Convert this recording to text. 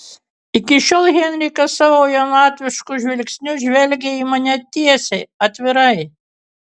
iki šiol henrikas savo jaunatvišku žvilgsniu žvelgė į mane tiesiai atvirai